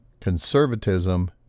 conservatism